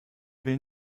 will